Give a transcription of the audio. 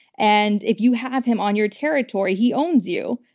and if you have him on your territory, he owns you.